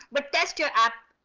but test your app.